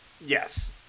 Yes